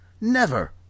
Never